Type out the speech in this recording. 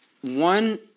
one